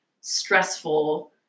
stressful